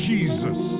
Jesus